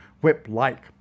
whip-like